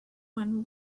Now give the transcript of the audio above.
when